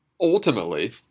Ultimately